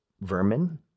vermin